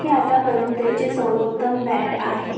हे आतापर्यंतचे सर्वोत्तम बँड आहे